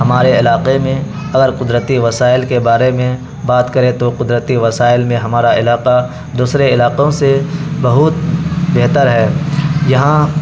ہمارے علاقے میں اگر قدرتی وسائل کے بارے میں بات کریں تو قدرتی وسائل میں ہمارا علاقہ دوسرے علاقوں سے بہت بہتر ہے یہاں